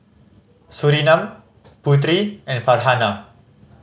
Surinam Putri and Farhanah